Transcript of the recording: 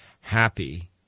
happy